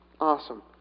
awesome